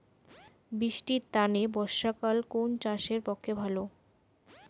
বৃষ্টির তানে বর্ষাকাল কুন চাষের পক্ষে ভালো?